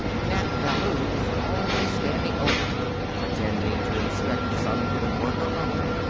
nap ballou was always standing over her, pretending to inspect some bit of work or other,